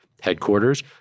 headquarters